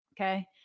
Okay